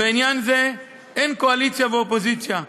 בעניין זה אין קואליציה ואופוזיציה,